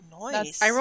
Nice